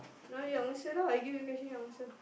no you answer lah I give you question you answer